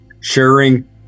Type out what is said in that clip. Sharing